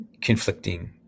conflicting